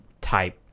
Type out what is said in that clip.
type